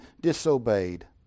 disobeyed